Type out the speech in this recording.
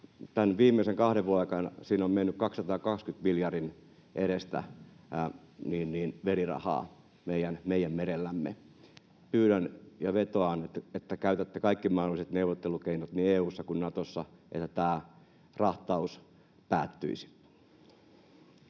viimeisen kahden vuoden aikana sinne on mennyt 220 miljardin edestä verirahaa meidän merellämme. Pyydän ja vetoan, että käytätte kaikki mahdolliset neuvottelukeinot niin EU:ssa kuin Natossa, että tämä rahtaus päättyisi.